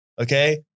Okay